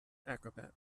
acrobat